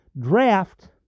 draft